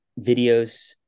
videos